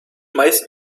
meist